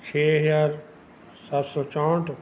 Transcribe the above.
ਛੇ ਹਜ਼ਾਰ ਸੱਤ ਸੌ ਚੌਂਹਟ